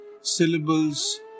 syllables